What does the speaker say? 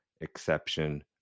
exception